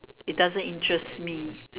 it doesn't interest me